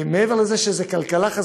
מעבר לזה שזאת כלכלה חזקה,